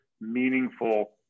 meaningful